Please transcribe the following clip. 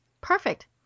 Perfect